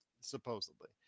supposedly